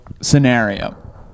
scenario